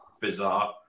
bizarre